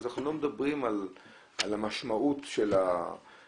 ואנחנו לא מדברים על המשמעות של המידע,